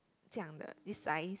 这样的 this size